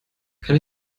kann